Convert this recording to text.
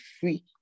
free